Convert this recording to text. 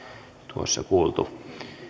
tuossa kuultu